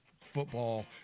football